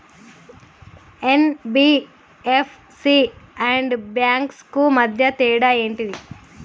NBFC and banks కు మధ్య తేడా ఏంటిది?